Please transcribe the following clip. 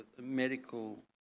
medical